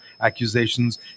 accusations